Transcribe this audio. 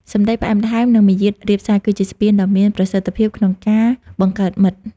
សម្ដីផ្អែមល្ហែម និងមារយាទរាបទាប គឺជាស្ពានដ៏មានប្រសិទ្ធភាពក្នុងការបង្កើតមិត្ត។